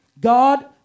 God